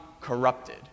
corrupted